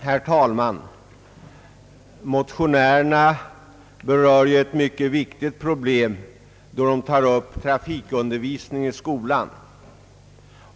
Herr talman! Motionärerna berör ett mycket viktigt problem då de tar upp trafikundervisningen i skolorna.